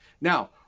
Now